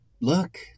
look